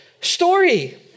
story